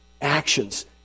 actions